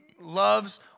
loves